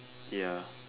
ya